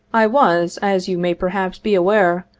i was, as you may perhaps be aware,